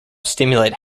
stimulate